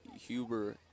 Huber